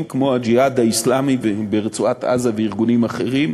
כמו "הג'יהאד האסלאמי" ברצועת-עזה וארגונים אחרים.